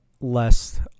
less